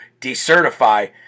decertify